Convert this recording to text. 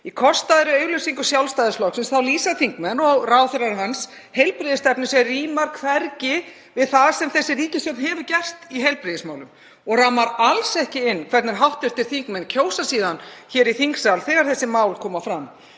Í kostaðri auglýsingu Sjálfstæðisflokksins lýsa þingmenn og ráðherrar hans heilbrigðisstefnu sem rímar hvergi við það sem þessi ríkisstjórn hefur gert í heilbrigðismálum og rammar alls ekki inn hvernig hv. þingmenn greiða síðan atkvæði hér í þingsal þegar þessi mál koma fram.